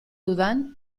dudan